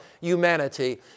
humanity